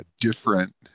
different